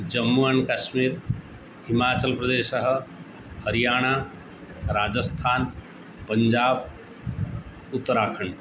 Jammu and Kashmir हिमाचलप्रदेशः हरियाणा राजस्थान् पञ्जाब् उत्तराखण्ड्